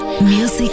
Music